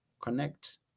connect